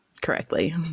correctly